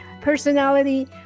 personality